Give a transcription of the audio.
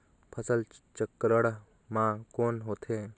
फसल चक्रण मा कौन होथे?